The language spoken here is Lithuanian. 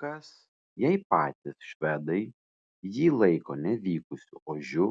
kas jei patys švedai jį laiko nevykusiu ožiu